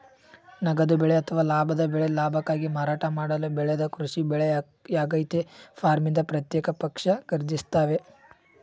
ನಗದು ಬೆಳೆ ಅಥವಾ ಲಾಭದ ಬೆಳೆ ಲಾಭಕ್ಕಾಗಿ ಮಾರಾಟ ಮಾಡಲು ಬೆಳೆದ ಕೃಷಿ ಬೆಳೆಯಾಗಯ್ತೆ ಫಾರ್ಮ್ನಿಂದ ಪ್ರತ್ಯೇಕ ಪಕ್ಷ ಖರೀದಿಸ್ತವೆ